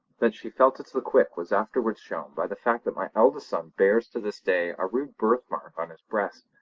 that she felt it to the quick was afterwards shown by the fact that my eldest son bears to this day a rude birthmark on his breast,